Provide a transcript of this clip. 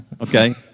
Okay